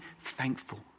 thankful